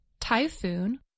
typhoon